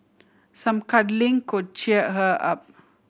some cuddling could cheer her up